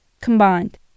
Combined